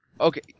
Okay